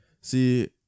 See